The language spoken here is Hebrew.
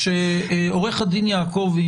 כשעורך הדין יעקבי